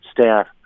staff